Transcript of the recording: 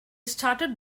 started